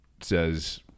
says